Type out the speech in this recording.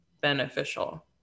beneficial